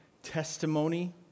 testimony